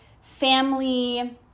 family